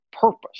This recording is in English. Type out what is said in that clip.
purpose